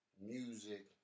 music